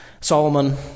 Solomon